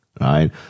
right